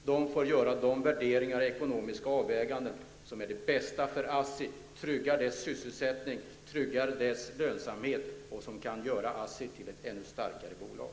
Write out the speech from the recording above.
Ledningen får göra de värderingar och ekonomiska avvägningar som är de bästa för ASSI, som tryggar dess sysselsättning och lönsamhet och kan göra ASSI till ett ännu starkare bolag.